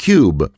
Cube